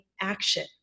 action